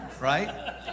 Right